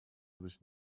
sich